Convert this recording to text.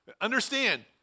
understand